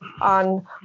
on